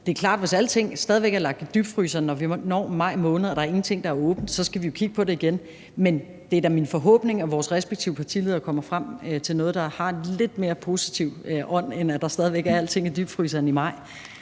Det er klart, at hvis alting stadig er lagt i dybfryseren, når vi når maj måned, og ingenting er åbent, så skal vi jo kigge på det igen. Men det er da min forhåbning, at vores respektive partilederne kommer frem til noget, der har en lidt mere positiv ånd, end at alting stadig ligger i dybfryseren i maj.